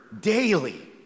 daily